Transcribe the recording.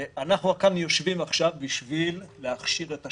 אנחנו כאן יושבים עכשיו בשביל להכשיר את השרץ.